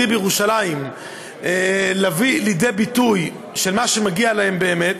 בירושלים להביא לידי ביטוי את מה שמגיע לו באמת.